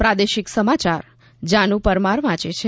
પ્રાદેશિક સમાચાર જાનુ પરમાર વાંચે છે